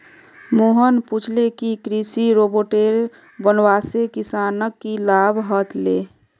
मोहन पूछले कि कृषि रोबोटेर वस्वासे किसानक की लाभ ह ले